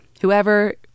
whoever